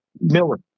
Miller